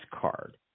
card